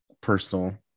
personal